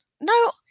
No